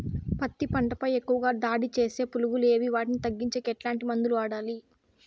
పత్తి పంట పై ఎక్కువగా దాడి సేసే పులుగులు ఏవి వాటిని తగ్గించేకి ఎట్లాంటి మందులు వాడాలి?